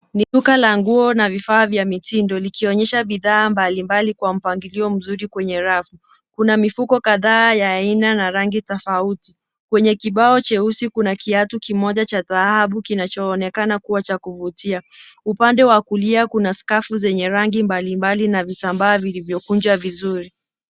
Ni duka la nguo, na vifaa vya mtindo, likionyesha bidhaa mbalimbali kwa mpangilio mzuri kwenye rafu. Kuna mifuko kadhaa ya aina na rangi tofauti. Kwenye kibao cheusi kuna kiatu kimoja cha dhahabu kinachoonekana kuwa cha kuvutia. Upande wa kulia kuna skafu zenye rangi mbalimbali na vitambaa vilivyokunjwa vizuri.